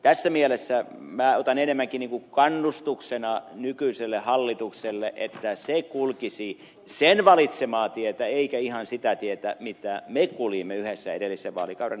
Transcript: tässä mielessä otan enemmänkin kannustuksena nykyiselle hallitukselle että se kulkisi sen valitsemaa tietä eikä ihan sitä tietä mitä me kuljimme yhdessä edellisen vaalikauden aikaan